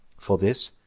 for this,